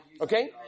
okay